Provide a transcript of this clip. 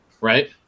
right